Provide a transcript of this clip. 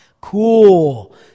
Cool